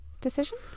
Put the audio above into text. decision